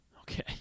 Okay